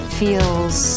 feels